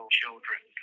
children